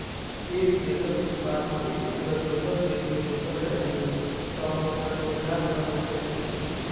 एक देशक उत्पाद कें अगर दोसर देश मे बेचल जाइ छै, तं ओकरा निर्यात कहल जाइ छै